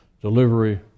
delivery